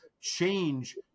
change